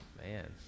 Man